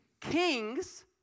kings